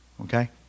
okay